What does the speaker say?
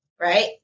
right